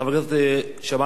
חברת הכנסת שמאלוב-ברקוביץ,